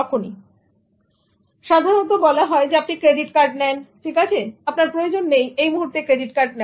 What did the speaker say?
okay সাধারণত বলা হয় আপনি ক্রেডিট কার্ড নেন ঠিক আছে এবং আপনার প্রয়োজন নেই এই মুহূর্তে ক্রেডিট কার্ড নেওয়ার